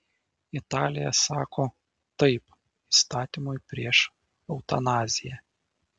italija sako taip įstatymui prieš eutanaziją